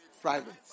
Private